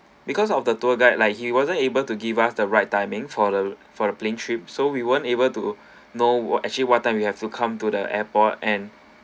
because of the tour guide like he wasn't able to give us the right timing for the for the plane trip so we weren't able to know actually what time we have to come to the airport and